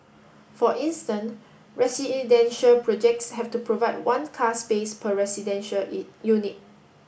for instance residential projects have to provide one car space per residential unit